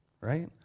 right